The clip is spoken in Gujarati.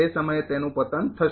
તે સમયે તેનું પતન થશે